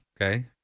Okay